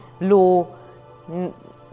low